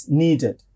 needed